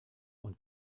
und